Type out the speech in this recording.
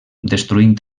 destruint